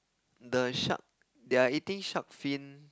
the shark they are eating shark fin